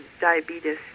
diabetes